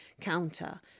counter